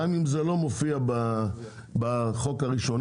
גם אם זה לא מופיע בחוק הראשוני.